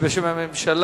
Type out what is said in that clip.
להשיב בשם הממשלה.